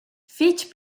fich